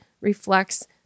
reflects